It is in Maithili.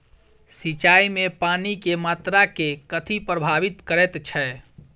सिंचाई मे पानि केँ मात्रा केँ कथी प्रभावित करैत छै?